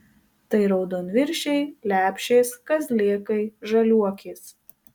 tai raudonviršiai lepšės kazlėkai žaliuokės